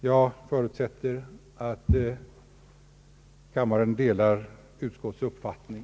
Jag förutsätter att kammaren delar utskottets uppfattning.